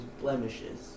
blemishes